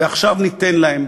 ועכשיו ניתן להם,